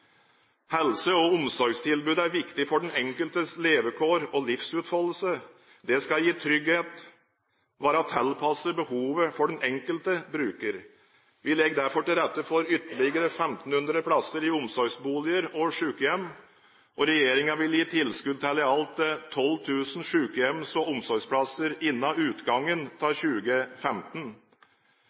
Helse- og omsorgstilbudet er viktig for den enkeltes levekår og livsutfoldelse. Det skal gi trygghet og være tilpasset behovene for den enkelte bruker. Vi legger derfor til rette for ytterligere 1 500 plasser i omsorgsboliger og sykehjem, og regjeringen vil gi tilskudd til i alt 12 000 sykehjems- og omsorgsplasser innen utgangen av 2015.